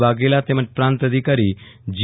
વાઘેલા તેમજ પ્રાંત અધિકારી જી